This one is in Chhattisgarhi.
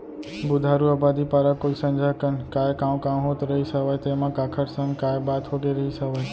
बुधारू अबादी पारा कोइत संझा कन काय कॉंव कॉंव होत रहिस हवय तेंमा काखर संग काय बात होगे रिहिस हवय?